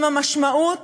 עם המשמעות